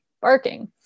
barking